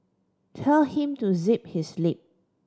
tell him to zip his lip